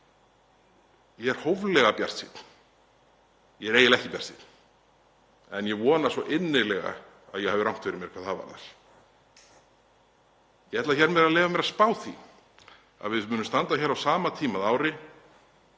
Ég er hóflega bjartsýnn, ég er eiginlega ekki bjartsýnn, en ég vona svo innilega að ég hafi rangt fyrir mér hvað það varðar. Ég ætla hér með að leyfa mér að spá því að við munum standa hér á sama tíma að